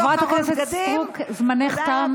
חברת הכנסת סטרוק, זמנך תם.